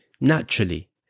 naturally